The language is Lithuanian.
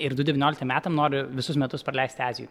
ir du devynioliktiem metam noriu visus metus praleisti azijoj